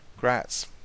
Grats